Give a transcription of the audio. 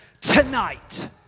tonight